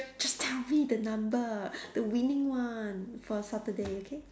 just tell me the number the winning one for Saturday okay